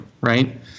Right